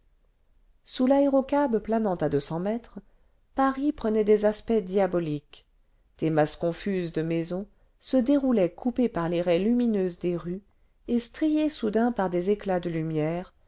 sous l'aérocab planant à deux cents mètres paris prenait des aspects diaboliques des masses confuses de maisons se déroulaient coupées par les raies lumineuses des rues et striées soudain par des éclats de lumière